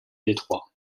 détroit